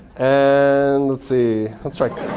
and let's see. let's check.